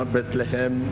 Bethlehem